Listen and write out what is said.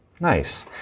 nice